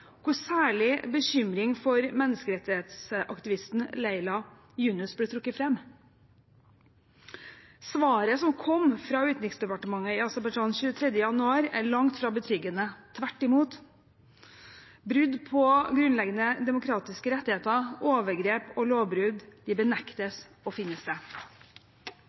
særlig bekymring for menneskerettighetsaktivisten Leyla Yunus ble trukket fram. Svaret som kom fra utenriksdepartementet i Aserbajdsjan den 23. januar, er langt fra betryggende. Tvert imot – brudd på grunnleggende demokratiske rettigheter, overgrep og lovbrudd benektes å finne sted.